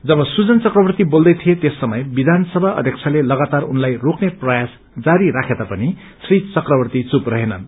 जेब सुजन चक्रवर्ती बोल्दै थिए त्यस समय विधानसभा अध्यक्षले लगातार उनलाई रोक्ने प्रयास जारी राखे तापनि श्री चक्रवर्ती चुप रहेनन्